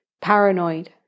paranoid